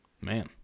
man